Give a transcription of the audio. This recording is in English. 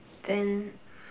then